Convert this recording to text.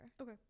Okay